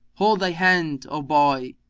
hold thy hand, o boy!